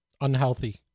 Unhealthy